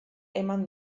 eman